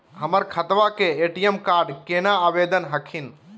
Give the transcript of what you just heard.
हमर खतवा के ए.टी.एम कार्ड केना आवेदन हखिन?